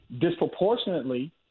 disproportionately